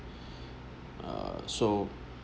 err so